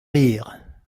rire